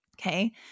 Okay